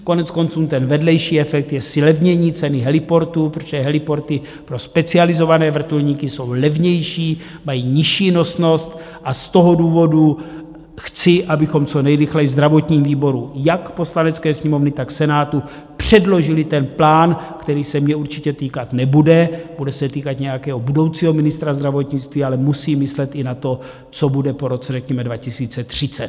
Koneckonců vedlejší efekt je zlevnění ceny heliportů, protože heliporty pro specializované vrtulníky jsou levnější, mají nižší nosnost, a z toho důvodu chci, abychom co nejrychleji ve zdravotním výboru jak Poslanecké sněmovny, tak Senátu předložili plán, který se mě určitě týkat nebude, bude se týkat nějakého budoucího ministra zdravotnictví, ale musím myslet i na to, co bude po roce řekněme 2030.